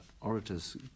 orators